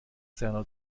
seiner